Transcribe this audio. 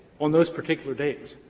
on those particular dates,